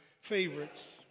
favorites